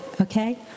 Okay